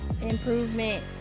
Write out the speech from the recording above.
improvement